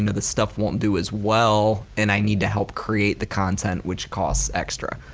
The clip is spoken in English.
and the stuff won't do as well and i need to help create the content which costs extra.